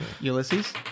Ulysses